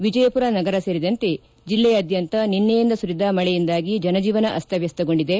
ವಿಜಯಪುರ ನಗರ ಸೇರಿದಂತೆ ಜಿಲ್ಲೆಯಾದ್ಯಂತ ನಿನ್ನೆಯಿಂದ ಸುರಿದ ಮಳೆಯಿಂದಾಗಿ ಜನಜೀವನ ಅಸ್ತವ್ಯಸ್ತಗೊಂಡಿದೆ